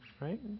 Right